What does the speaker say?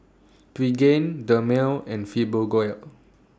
Pregain Dermale and Fibogel